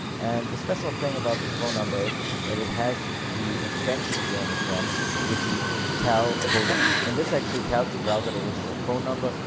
and the special thing about this phone number is that it has the extension here in the front with the towel colon. and this actually tells the browser this is a phone number,